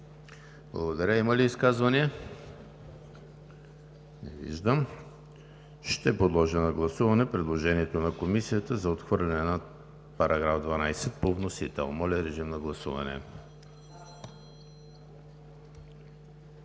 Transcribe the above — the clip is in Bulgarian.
Благодаря. Има ли изказвания? Не виждам. Ще подложа на гласуване предложението на Комисията за отхвърляне на § 12 по вносител. Гласували